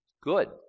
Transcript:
Good